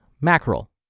mackerel